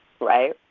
right